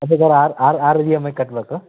ಅದ್ಬೇಕಾರೆ ಆರು ಆರು ಆರು ಇ ಎಮ್ ಐ ಕಟ್ಟಬೇಕು